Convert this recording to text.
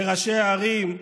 לראשי הערים,